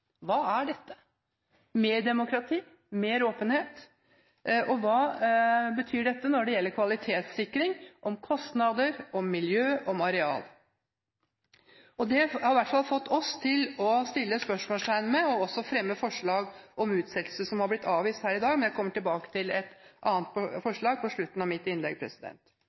Hva er dette? Mer demokrati, mer åpenhet? Og hva betyr dette når det gjelder kvalitetssikring, kostnader, miljø og areal? Det har i hvert fall fått oss til å sette spørsmålstegn ved dette og også fremme forslag om utsettelse, som har blitt avvist her i dag. Men jeg kommer tilbake til et annet forslag på slutten av mitt innlegg.